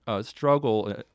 struggle